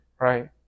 Right